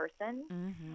person